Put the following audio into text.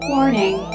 Warning